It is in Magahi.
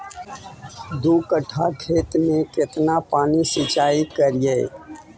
दू कट्ठा खेत में केतना पानी सीचाई करिए?